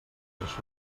això